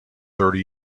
thirty